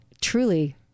truly